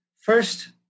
First